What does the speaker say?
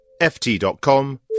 ft.com